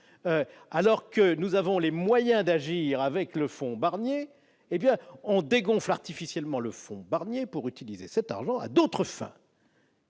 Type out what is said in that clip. Alors que nous avons les moyens d'agir avec le fonds Barnier, on le dégonfle artificiellement pour utiliser cet argent à d'autres fins